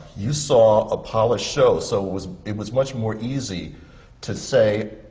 you saw a polished show, so it was it was much more easy to say,